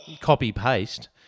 copy-paste